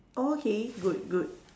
okay good good